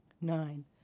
Nine